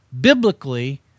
biblically